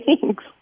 Thanks